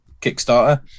kickstarter